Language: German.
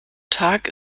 tag